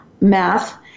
math